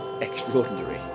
extraordinary